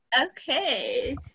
Okay